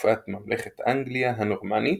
בתקופת ממלכת אנגליה הנורמנית,